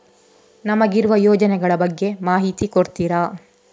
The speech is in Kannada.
ನಮಗಿರುವ ಯೋಜನೆಗಳ ಬಗ್ಗೆ ಮಾಹಿತಿ ಕೊಡ್ತೀರಾ?